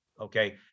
Okay